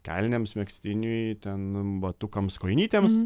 kelnėms megztiniui ten batukams kojinytėms